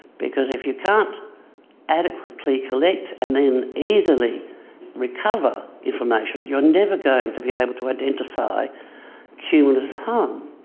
because if you can't adequately collect and then easily recover information, you're never going to be able to identify cumulative harm.